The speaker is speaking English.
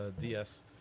DS